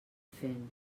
fent